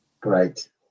great